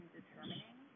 determining